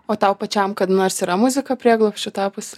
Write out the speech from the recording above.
o tau pačiam kada nors yra muzika prieglobsčiu tapusi